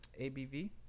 ABV